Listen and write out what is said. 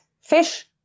fish